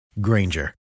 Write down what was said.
Granger